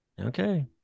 Okay